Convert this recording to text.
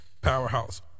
powerhouse